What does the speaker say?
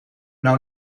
nou